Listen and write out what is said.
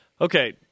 Okay